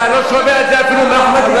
אתה לא שומע את זה אפילו מאחמדינג'אד.